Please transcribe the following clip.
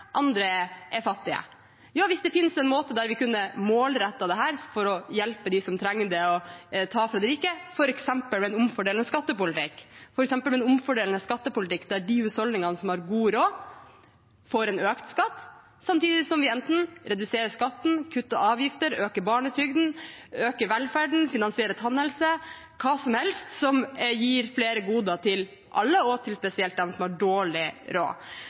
andre er fattige. Finnes det en måte vi kunne målrettet dette på for å hjelpe dem som trenger det, og ta fra de rike, f.eks. ved en omfordelende skattepolitikk der de husholdningene som har god råd, får økt skatt, samtidig som vi enten reduserer skatten, kutter avgifter, øker barnetrygden, øker velferden eller finansierer tannhelse – hva som helst som gir flere goder til alle og spesielt dem som har dårlig råd?